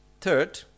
Third